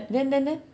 then then then